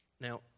Now